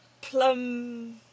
Plum